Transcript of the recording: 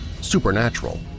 supernatural